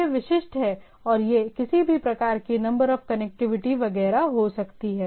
तो यह विशिष्ट है और यह किसी भी प्रकार की नंबर ऑफ कनेक्टिविटी वगैरह हो सकती है